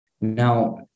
Now